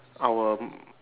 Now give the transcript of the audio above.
our